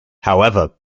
however